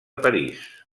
parís